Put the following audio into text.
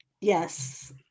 Yes